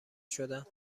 شدن